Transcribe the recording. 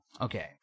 Okay